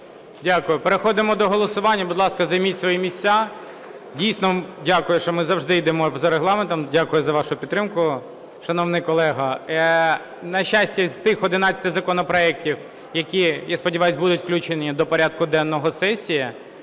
Дякую. Переходимо до голосування. Будь ласка, займіть свої місця. Дійсно, дякую, що ми завжди йдемо за Регламентом. Дякую за вашу підтримку, шановний колего. На щастя, з тих 11 законопроектів, які, я сподіваюсь, будуть включені до порядку денного сесії,